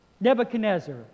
Nebuchadnezzar